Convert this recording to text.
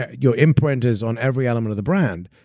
ah your imprint is on every element of the brand,